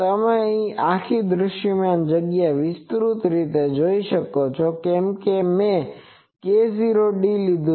તમે આ આખી દૃશ્યમાન જગ્યાને વિસ્તૃત જોશો કેમ કે મેં k0d લીધું છે